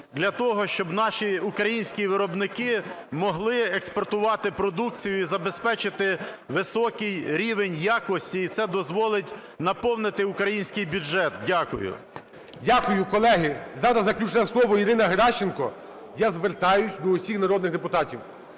для того, щоб наші українські виробники могли експортувати продукцію і забезпечити високий рівень якості, і це дозволить наповнити український бюджет. Дякую. ГОЛОВУЮЧИЙ. Дякую. Колеги, зараз заключне слово Ірини Геращенко. Я звертаюсь до усіх народних депутатів